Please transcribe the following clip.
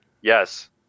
Yes